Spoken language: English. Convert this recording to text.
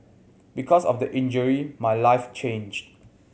because of the injury my life changed